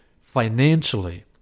financially